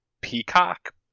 Peacock